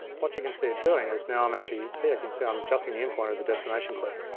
what you can see it doing is now i'm actually, see, i can see i'm adjusting the in point of the destination clip.